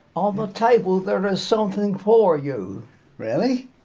on the table there is something for you really?